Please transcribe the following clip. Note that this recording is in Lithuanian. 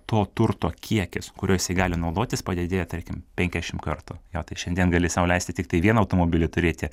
to turto kiekis kuriuo jisai gali naudotis padidėja tarkim penkiasdešim kartų jo tai šiandien gali sau leisti tiktai vieną automobilį turėti